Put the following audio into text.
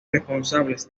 responsables